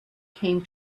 came